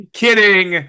kidding